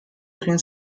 egin